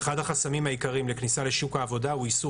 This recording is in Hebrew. אחד החסמים העיקריים לכניסה לשוק העבודה הוא איסור